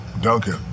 Duncan